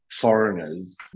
foreigners